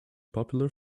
popular